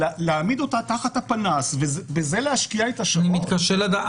אלא להעמיד אותה תחת הפנס ובזה להשקיע את השעות --- אני מתקשה